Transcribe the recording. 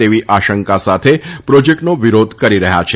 તેવી આશંકા સાથે પ્રોજેકટોનો વિરોધ કરી રહથાં છે